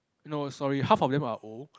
no sorry half of them are old